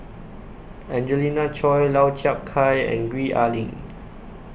Angelina Choy Lau Chiap Khai and Gwee Ah Leng